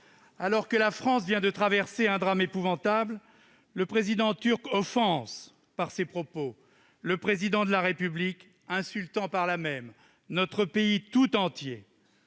Alors que la France vient de traverser un drame épouvantable, le président turc offense, par ses propos, le Président de la République, insultant par là même notre pays, tout entier.